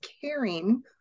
caring